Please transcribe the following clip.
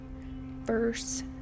verse